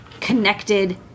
connected